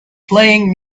playing